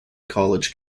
college